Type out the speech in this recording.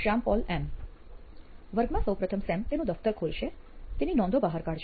શ્યામ પોલ એમ વર્ગમાં સૌપ્રથમ સેમ તેનું દફતર ખોલશે તેની નોંધો બહાર કાઢશે